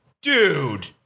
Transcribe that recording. dude